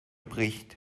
bricht